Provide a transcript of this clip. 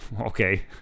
okay